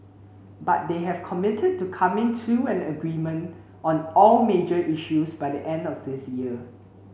but they have committed to coming to an agreement on all major issues by the end of this year